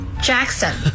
Jackson